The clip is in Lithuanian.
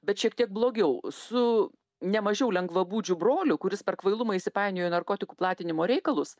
bet šiek tiek blogiau su ne mažiau lengvabūdžiu broliu kuris per kvailumą įsipainiojo į narkotikų platinimo reikalus